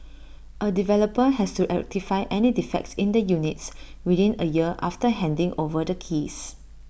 A developer has to rectify any defects in the units within A year after handing over the keys